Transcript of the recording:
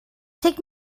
take